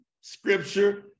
Scripture